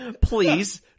please